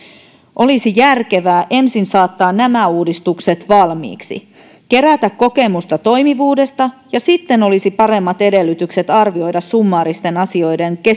olisi järkevää ensin saattaa nämä uudistukset valmiiksi ja kerätä kokemusta toimivuudesta ja sitten olisi paremmat edellytykset arvioida summaaristen asioiden